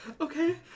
Okay